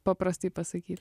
paprastai pasakyt